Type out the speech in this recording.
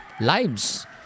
lives